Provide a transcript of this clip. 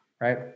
right